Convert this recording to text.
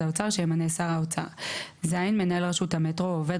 האוצר שימנה שר האוצר ; (ז) מנהל רשות המטרו או עובד